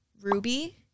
Ruby